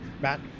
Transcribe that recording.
Matt